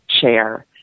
chair